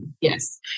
Yes